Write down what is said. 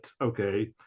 okay